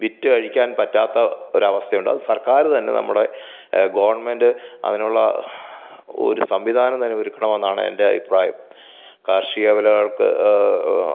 വിറ്റ് അഴിക്കാൻ പറ്റാത്ത ഒരവസ്ഥയുണ്ടത് സർക്കാർ തന്നെ നമ്മുടെ ഗവണ്മെൻ്റ് അങ്ങനെയുള്ള ഒരു സംവിധാനം തന്നെ ഒരുക്കണമെന്നാണ് എൻ്റെ അഭിപ്രായം കാർഷിക വിളകൾക്ക്